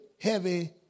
heavy